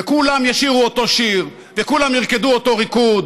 וכולם ישירו אותו שיר וכולם ירקדו אותו ריקוד